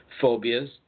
phobias